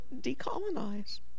decolonize